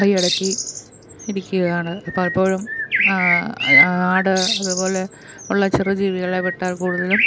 കയ്യടക്കി ഇരിക്കുകാണ് പലപ്പോഴും ആട് അതുപോലെ ഉള്ള ചെറു ജീവികളെ വിട്ടാൽ കൂടുതലും